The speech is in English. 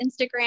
Instagram